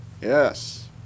yes